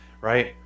right